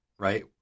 Right